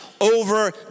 Over